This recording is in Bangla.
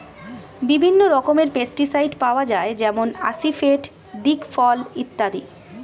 বিভিন্ন রকমের পেস্টিসাইড পাওয়া যায় যেমন আসিফেট, দিকফল ইত্যাদি